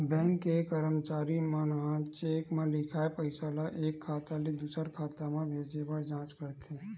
bank के करमचारी मन ह चेक म लिखाए पइसा ल एक खाता ले दुसर खाता म भेजे बर जाँच करथे